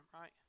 right